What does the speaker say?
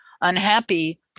unhappy